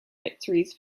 victories